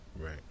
right